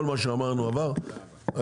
כל מה שאמרנו עבר,